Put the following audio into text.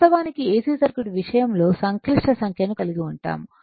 వాస్తవానికి AC circuit విషయంలో సంక్లిష్ట సంఖ్యను కలిగి ఉంటాము